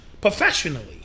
professionally